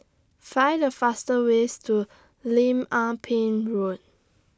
Find The fastest ways to Lim Ah Pin Road